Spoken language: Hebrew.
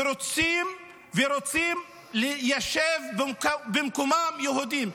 ורוצים ליישב במקומם יהודים,